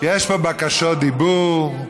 יש פה בקשות דיבור.